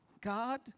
God